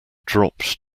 dropped